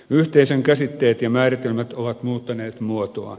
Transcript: yhteisön käsitteet ja määritelmät ovat muuttaneet muotoaan